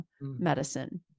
medicine